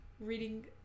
reading